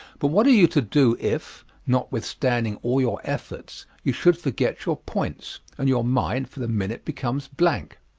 but what are you to do if, notwithstanding all your efforts, you should forget your points, and your mind, for the minute, becomes blank?